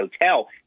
Hotel